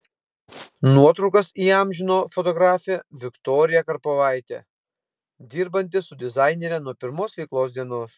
nuotraukas įamžino fotografė viktorija karpovaitė dirbanti su dizainere nuo pirmos veiklos dienos